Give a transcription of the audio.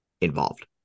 involved